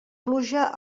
pluja